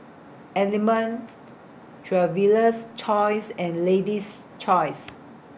Element Traveler's Choice and Lady's Choice